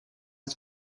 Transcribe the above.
het